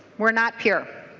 we are not sure.